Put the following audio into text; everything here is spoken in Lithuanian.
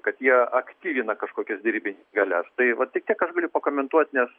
kad jie aktyvina kažkokias derybines galias tai va tik tiek kad galiu pakomentuot nes